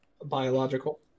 biological